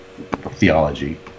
theology